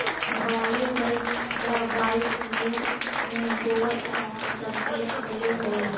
biogas या biofuel में गोबर आउ सब के प्रयोग होवऽ हई